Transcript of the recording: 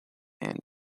and